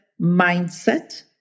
mindset